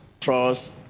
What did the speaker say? trust